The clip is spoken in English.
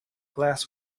glass